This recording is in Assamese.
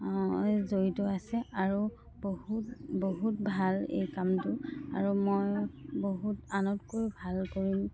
জড়িত আছে আৰু বহুত বহুত ভাল এই কামটো আৰু মই বহুত আনতকৈ ভাল কৰিম